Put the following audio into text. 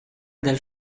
del